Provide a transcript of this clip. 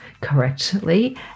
correctly